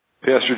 Pastor